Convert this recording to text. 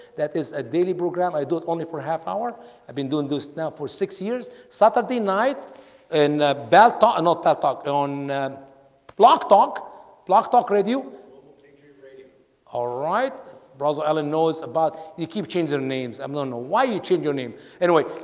that is a daily program i do it only for half-hour. i've been doing this now for six years saturday night and baltar not pep. talk on plot talk blog talk radio radio all right browser ellen knows about you keep changing names. i um don't know. why you change your name anyway,